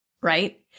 right